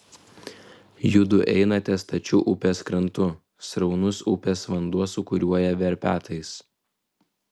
judu einate stačiu upės krantu sraunus upės vanduo sūkuriuoja verpetais